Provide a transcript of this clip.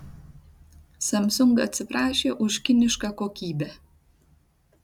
samsung atsiprašė už kinišką kokybę